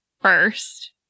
first